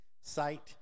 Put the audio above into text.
site